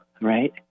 right